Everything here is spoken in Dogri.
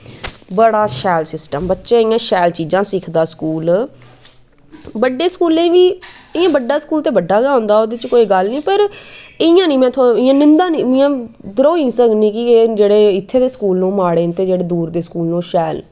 बड़ा शैल सिस्टम बच्चा इयां शैल चीजां सिखदा स्कूल बड्डे स्कूलें बी इयां बड्डा स्कूल ते बड्डा गै होंदा ओह्दे च कोई गल्ल नी पर इयां नी इयां निंदा नी इध्दर होई नी सकने कि जेह्ड़े इत्थें दे स्कूल न ओह् माड़े न ते जेह्ड़े दूर दे स्कूल न ओह् शैल न